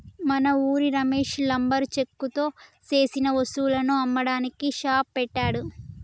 మన ఉరి రమేష్ లంబరు చెక్కతో సేసిన వస్తువులను అమ్మడానికి షాప్ పెట్టాడు